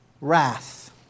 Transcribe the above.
wrath